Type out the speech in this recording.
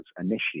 initiated